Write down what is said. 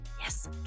yes